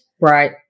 Right